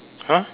!huh!